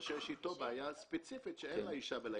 או שיש איתו בעיה ספציפית שאין לאישה ולילדים.